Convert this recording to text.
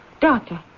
Doctor